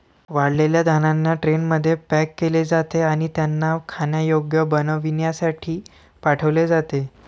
वाळलेल्या धान्यांना ट्रेनमध्ये पॅक केले जाते आणि त्यांना खाण्यायोग्य बनविण्यासाठी पाठविले जाते